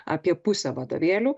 apie pusę vadovėlių